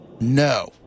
No